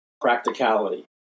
practicality